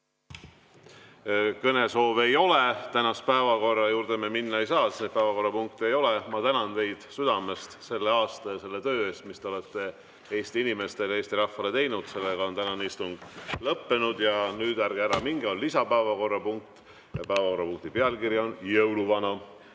Kõnesoove ei ole. Tänase päevakorra juurde me minna ei saa, sest päevakorrapunkte ei ole. Ma tänan teid südamest selle aasta ja selle töö eest, mis te olete Eesti inimestele, Eesti rahvale teinud. Sellega on tänane istung lõppenud. Aga nüüd ärge ära minge, on lisapäevakorrapunkt. Päevakorrapunkti pealkiri on "Jõuluvana".